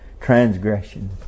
transgression